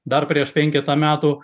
dar prieš penketą metų